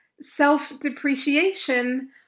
self-depreciation